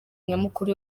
nyamukuru